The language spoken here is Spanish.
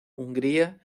hungría